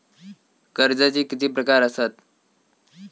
कर्जाचे किती प्रकार असात?